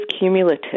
cumulative